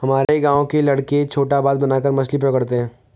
हमारे गांव के लड़के छोटा बांध बनाकर मछली पकड़ते हैं